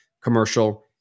commercial